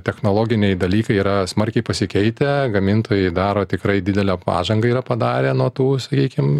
technologiniai dalykai yra smarkiai pasikeitę gamintojai daro tikrai didelę pažangą yra padarę nuo tų sakykim